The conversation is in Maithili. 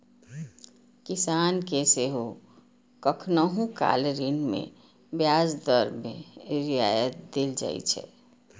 किसान कें सेहो कखनहुं काल ऋण मे ब्याज दर मे रियायत देल जाइ छै